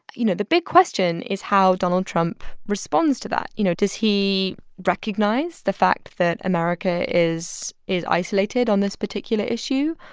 you know, the big question is how donald trump responds to that. you know, does he recognize the fact that america is is isolated on this particular issue?